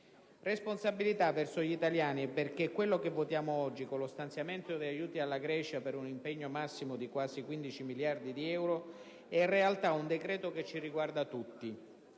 responsabilità verso gli italiani, perché il provvedimento che votiamo oggi, che prevede lo stanziamento di aiuti alla Grecia per un impegno massimo di quasi 15 miliardi di euro è, in realtà, un decreto che ci riguarda tutti,